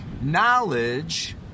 knowledge